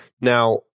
Now